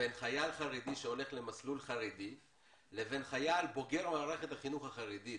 בין חייל חרדי שהולך למסלול חרדי לבין חייל בוגר מערכת החינוך החרדית